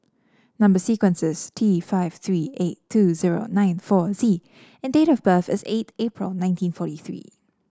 number sequence is T five three eight two zero nine four Z and date of birth is eight April nineteen forty three